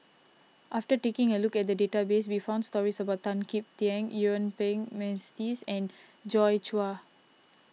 after taking a look at the database we found stories about Tan Kim Tian Yuen Peng McNeice and Joi Chua